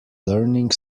learning